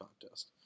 contest